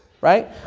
Right